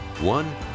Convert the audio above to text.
one